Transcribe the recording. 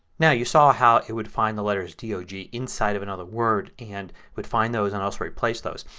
now you saw how it would find the letters d, o, g inside of another word and would find those and also replace those.